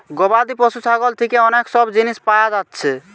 গবাদি পশু ছাগল থিকে অনেক সব জিনিস পায়া যাচ্ছে